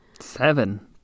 Seven